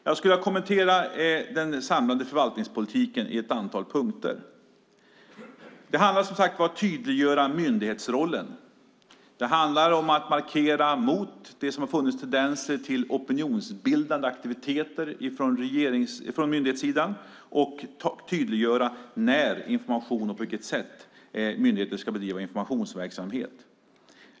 Jag skulle vilja kommentera den samlande förvaltningspolitiken i ett antal punkter. Det handlar, som sagt var, om att tydliggöra myndighetsrollen. Det handlar om att markera mot opinionsbildande aktiviteter, som det har funnits tendenser till från myndighetssidan, och tydliggöra när och på vilket sätt myndigheten ska bedriva informationsverksamhet.